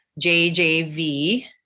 JJV